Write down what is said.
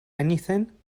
anything